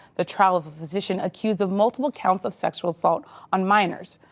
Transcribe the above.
the trial of a physician accused of multiple counts of sexual assault on minors,